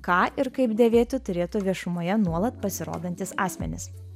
ką ir kaip dėvėti turėtų viešumoje nuolat pasirodantys asmenys